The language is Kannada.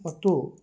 ಮತ್ತು